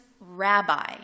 rabbi